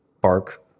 Bark